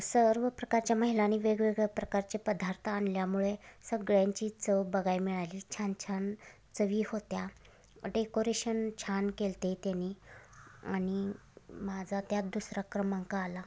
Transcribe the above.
सर्व प्रकारच्या महिलांनी वेगवेगळ्या प्रकारचे पदार्थ आणल्यामुळे सगळ्यांची चव बघाय मिळाली छान छान चवी होत्या डेकोरेशन छान केले होते त्यानी आणि माझा त्यात दुसरा क्रमांक आला